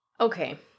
okay